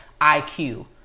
IQ